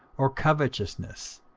or covetousness,